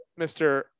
Mr